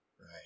right